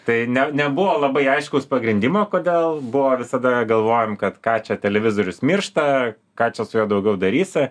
tai ne nebuvo labai aiškaus pagrindimo kodėl buvo visada galvojom kad ką čia televizorius miršta ką čia su juo daugiau darysi